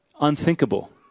Unthinkable